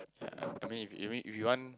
ya I mean you mean if you want